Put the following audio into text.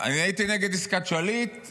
אני הייתי נגד עסקת שליט,